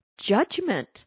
Judgment